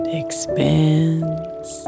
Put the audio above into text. expands